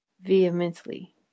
vehemently